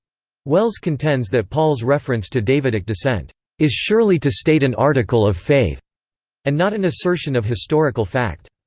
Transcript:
wells contends that paul's reference to davidic descent is surely to state an article of faith and not an assertion of historical fact.